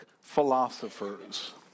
philosophers